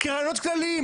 כרעיונות קטנים.